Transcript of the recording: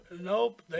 Nope